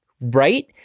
right